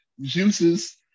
juices